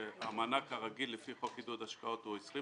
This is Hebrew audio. המענק הרגיל לפי חוק עידוד השקעות הון,